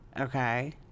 okay